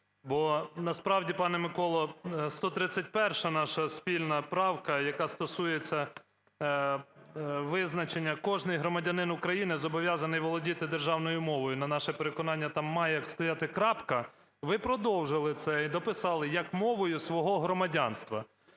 Бо насправді, пане Миколо, 131-а наша спільна правка, яка стосується визначення "кожний громадянин України зобов'язаний володіти державною мовою", на наше переконання, там має стояти крапка. Ви продовжили це і дописали "як мовою свого громадянства".